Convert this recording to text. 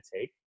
take